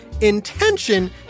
intention